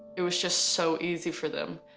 it was just so easy for them,